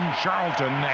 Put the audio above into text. charlton